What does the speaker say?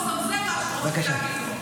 שמעתי אותו מזמזם משהו, רציתי להגיב לו.